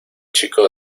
chico